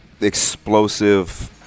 explosive –